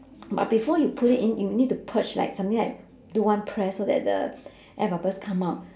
but before you put it in you need to push like something like do one press so that the air bubbles come out